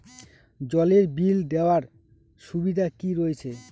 জলের বিল দেওয়ার সুবিধা কি রয়েছে?